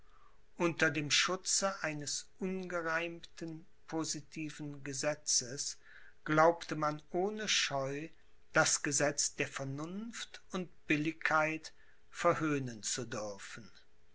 unter dem schutze eines ungereimten positiven gesetzes glaubte man ohne scheu das gesetz der vernunft und billigkeit verhöhnen zu dürfen